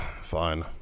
Fine